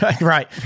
right